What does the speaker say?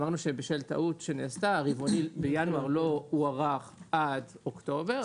אמרנו שבשל טעות שנעשתה הרבעוני בינואר לא הוארך עד אוקטובר.